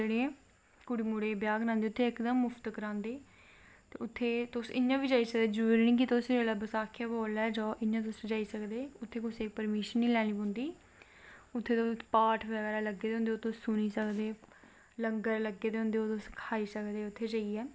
चक्कर बने दा ऐ तुस किसे बी दिशा च खड़ोआ जाह्गे ना जुसलै बी तुस दिखदे ते तुसेंगी लग्गग चक्कर तोआढ़ी साईड ही लब्भा दा मतलव तुस किसे बी दिशा दिक्खो ना सारी चारों दिशा जित्थें बी दिखगो तुसेंगी लगगा कि चक्कर मेरी साईड दिक्खा दा ऐ एह् चक्कर मेरी साईड दिक्खा दा ऐ ते जगन नाथ पुरी च जेह्ड़ा